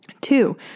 Two